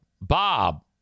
Bob